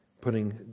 putting